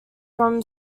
from